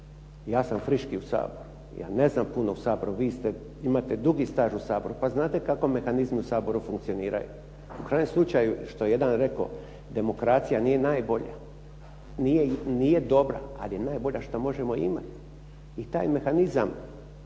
ja sam friški u Saboru. Ja ne znam puno o Saboru, vi imate dugi staž u Saboru pa znate kako mehanizmi u Saboru funkcionirao. U krajnjem slučaju, što je jedan rekao, demokracija nije najbolja, nije dobra, ali je najbolja što možemo imat i taj mehanizam